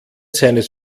seines